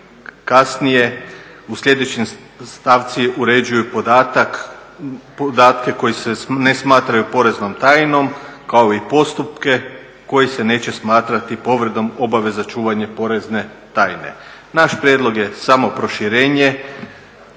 kasnije u sljedećoj stavci uređuje podatke koji se ne smatraju poreznom tajnom kao i postupke koji se neće smatrati povredom obaveza čuvanja porezne tajne. Naš prijedlog je samo proširenje